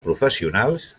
professionals